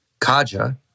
Kaja